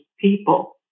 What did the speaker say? people